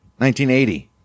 1980